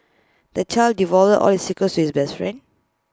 the child divulged all his secrets to his best friend